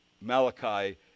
Malachi